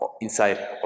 inside